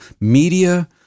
media